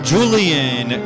Julian